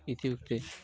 इत्युक्ते